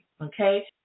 Okay